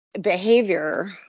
behavior